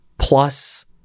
Plus